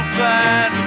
bad